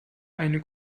eine